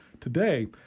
today